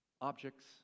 objects